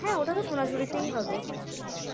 হ্যাঁ ওটা তো সোনাঝুরিতেই হবে হ্যাঁ হ্যাঁ হ্যাঁ হ্যাঁ